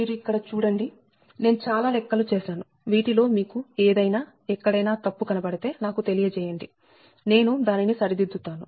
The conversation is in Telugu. మీరు ఇక్కడ చూడండి నేను చాలా లెక్కలు చేసాను వీటిలో మీకు ఏదైనా ఎక్కడైనా తప్పు కనపడితే నాకు తెలియజేయండి నేను దాని ని సరిదిద్దుతాను